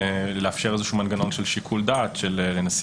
לאפשר איזשהו מנגנון של שיקול דעת לנשיא